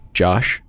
josh